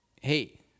hey